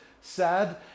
sad